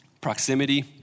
Proximity